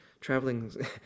traveling